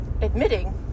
admitting